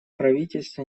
правительство